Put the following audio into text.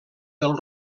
del